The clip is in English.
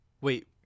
Wait